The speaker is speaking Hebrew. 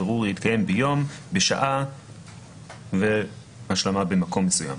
הבירור יתקיים ביום __ בשעה __, במקום מסוים.